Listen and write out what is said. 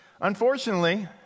Unfortunately